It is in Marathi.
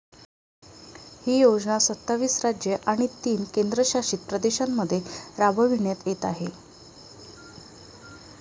ही योजना सत्तावीस राज्ये आणि तीन केंद्रशासित प्रदेशांमध्ये राबविण्यात येत आहे